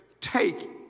Take